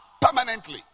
permanently